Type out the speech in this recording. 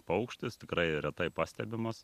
paukštis tikrai retai pastebimas